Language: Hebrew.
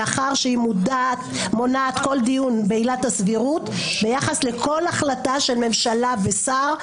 מאחר שהיא מונעת כל דיון בעילת הסבירות ביחס לכל החלטה של ממשלה ושר.